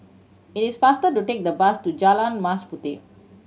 it is faster to take the bus to Jalan Mas Puteh